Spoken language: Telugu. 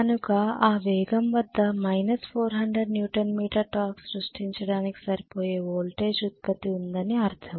కనుక ఆ వేగం వద్ద 400 న్యూటన్ మీటర్ టార్క్ సృష్టించడానికి సరిపోయే వోల్టేజ్ ఉత్పత్తి ఉందని అర్థం